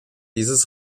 dieses